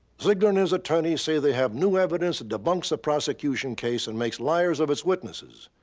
zeigler and his attorneys say they have new evidence that debunks the prosecution case and makes liars of its witnesses.